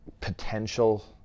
potential